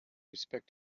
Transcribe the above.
respect